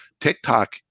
TikTok